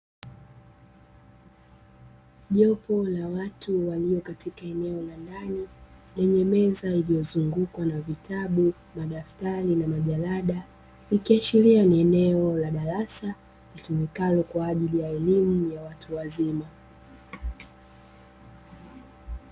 Jopo la watu walio katika eneo la ndani lenye meza iliyozungukwa na vitabu, madaftari na jalada ikiashiria ni eneo la darasa litumikalo kwa ajili ya elimu ya watu wazima.